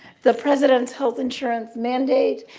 the president's health insurance mandate,